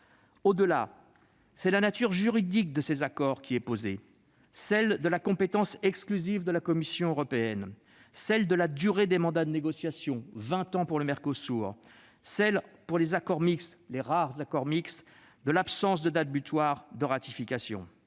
question de la nature juridique de ces accords qui est posée. Celle de la compétence exclusive de la Commission européenne, celle de la durée des mandats de négociation- vingt ans pour le Mercosur ...-, celle, pour les rares accords mixtes, de l'absence de date butoir de ratification